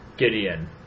Gideon